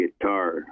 guitar